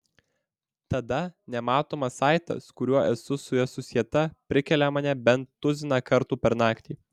tada nematomas saitas kuriuo esu su ja susieta prikelia mane bent tuziną kartų per naktį